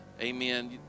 Amen